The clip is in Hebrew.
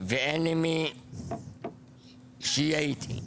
ואין לי מי שיהיה איתי.